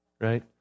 right